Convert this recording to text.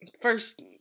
first